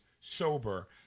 sober